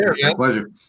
pleasure